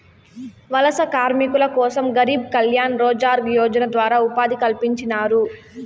వలస కార్మికుల కోసం గరీబ్ కళ్యాణ్ రోజ్గార్ యోజన ద్వారా ఉపాధి కల్పించినారు